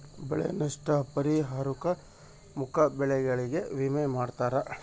ಬೆಳೆ ನಷ್ಟ ಪರಿಹಾರುಕ್ಕ ಮುಖ್ಯ ಬೆಳೆಗಳಿಗೆ ವಿಮೆ ಮಾಡ್ತಾರ